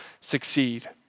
succeed